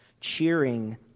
cheering